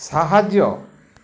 ସାହାଯ୍ୟ